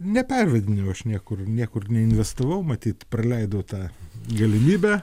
nepervedinėjau aš niekur niekur neinvestavau matyt praleidau tą galimybę